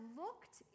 looked